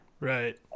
Right